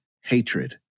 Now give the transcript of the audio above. hatred